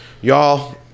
y'all